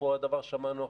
אפרופו הדבר ששמענו עכשיו.